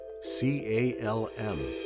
C-A-L-M